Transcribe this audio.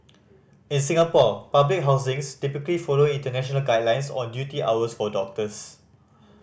in Singapore public hospitals typically follow international guidelines on duty hours for doctors